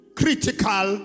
critical